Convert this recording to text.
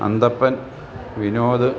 Anthappan Vinod